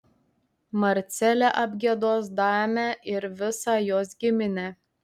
marcelė apgiedos damę ir visą jos giminę